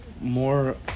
More